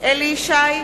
אליהו ישי,